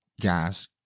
gas